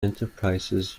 enterprises